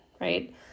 right